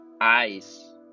eyes